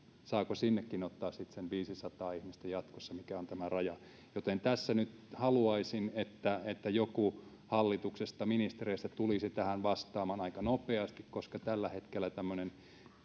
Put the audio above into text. saako sinnekin jatkossa ottaa sitten sen viisisataa ihmistä mikä on tämä raja tässä nyt haluaisin että että joku hallituksesta ministereistä tulisi tähän vastaamaan aika nopeasti koska tällä hetkellä tämmöinen